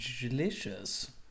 Delicious